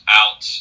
out